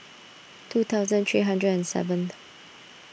two thousand three hundred and seventh